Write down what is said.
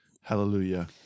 Hallelujah